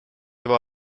его